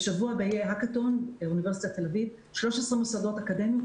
בשבוע הבא יהיה האקתון באוניברסיטת תל אביב של 13 מוסדות אקדמיים.